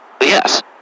Yes